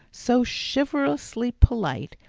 so chivalrously polite,